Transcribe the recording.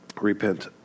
repent